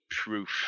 proof